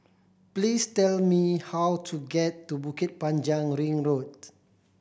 please tell me how to get to Bukit Panjang Ring Road